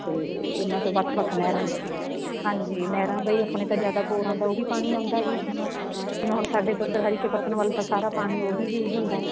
ਅਤੇ ਇਹਨਾਂ ਤੋਂ ਵੱਖ ਵੱਖ ਨਹਿਰਾਂ ਹਾਂਜੀ ਨਹਿਰਾਂ ਦਾ ਹੀ ਆਪਣੇ ਤਾਂ ਜ਼ਿਆਦਾ ਬੋਰਾਂ ਦਾ ਉਹ ਵੀ ਪਾਣੀ ਆਉਂਦਾ ਜੀ ਆਪਣਾ ਜਿਵੇਂ ਹੁਣ ਸਾਡੇ ਤੋਂ ਇੱਧਰ ਹਰੀਕੇ ਪੱਤਣ ਵੱਲ ਤਾਂ ਸਾਰਾ ਪਾਣੀ ਉਹ ਹੀ ਯੂਜ ਹੁੰਦਾ